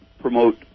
promote